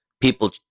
People